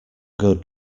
good